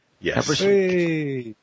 Yes